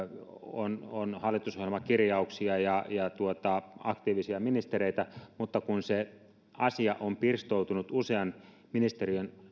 on on hallitusohjelmakirjauksia ja aktiivisia ministereitä mutta kun se asia on pirstoutunut usean ministeriön